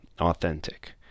authentic